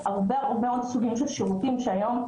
הרבה מאוד סוגים של שירותים, שהיום,